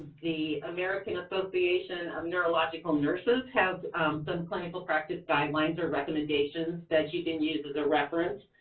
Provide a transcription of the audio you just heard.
the american association of neurological nurses has some clinical practice guidelines or recommendations that you can use as a reference.